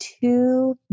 two